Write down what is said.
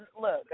look